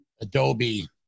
Adobe